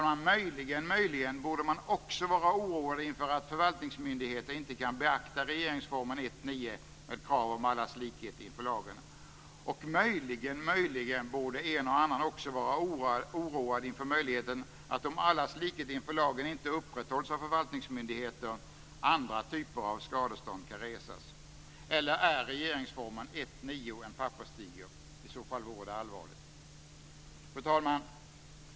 Men möjligen, möjligen, borde man också vara oroad inför att förvaltningsmyndigheter inte kan beakta regeringsformen 1 kap. 9 § med kraven om allas likhet inför lagen. Och möjligen, möjligen borde en och annan också vara oroad inför möjligheten att om allas likhet inför lagen inte upprätthålls av förvaltningsmyndighet andra typer av skadestånd kan resas. Eller är regeringsformen 1 kap. 9 § en papperstiger? I så fall vore det allvarligt. Fru talman!